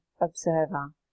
observer